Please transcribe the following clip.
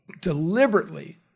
deliberately